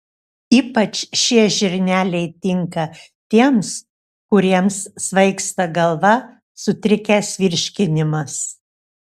ypač šie žirneliai tinka tiems kuriems svaigsta galva sutrikęs virškinimas